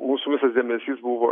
mūsų visas dėmesys buvo